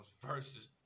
versus